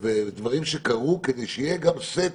ודברים שקרו, כדי שיהיה גם סט.